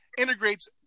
integrates